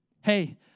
Hey